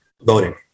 voting